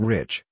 Rich